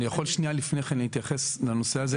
יכול לפני כן להתייחס לנושא הזה,